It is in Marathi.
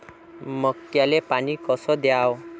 मक्याले पानी कस द्याव?